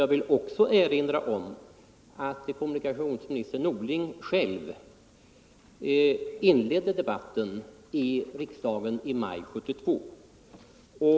Jag vill också erinra om att kommunikationsminister Norling själv inledde debatten i riksdagen i maj 1972.